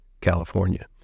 California